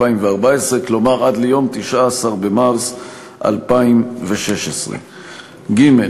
התשע"ד 2014, כלומר עד ליום 19 במרס 2016. ג.